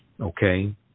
okay